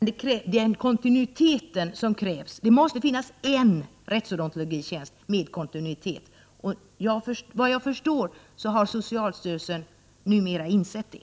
Herr talman! Det är alldeles riktigt, men det krävs kontinuitet. Det måste alltså finnas en rättsodontologtjänst med kontinuitet. Såvitt jag förstår har socialstyrelsen numera insett det.